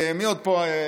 איזה שמות עוד העלינו פה?